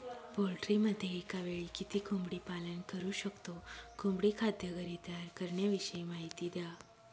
पोल्ट्रीमध्ये एकावेळी किती कोंबडी पालन करु शकतो? कोंबडी खाद्य घरी तयार करण्याविषयी माहिती द्या